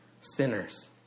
sinners